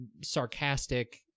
sarcastic